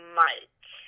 mike